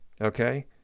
okay